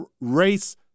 Race